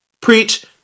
Preach